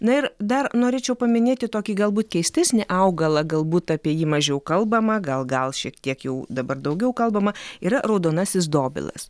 na ir dar norėčiau paminėti tokį galbūt keistesnį augalą galbūt apie jį mažiau kalbama gal gal šiek tiek jau dabar daugiau kalbama yra raudonasis dobilas